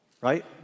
Right